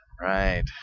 Right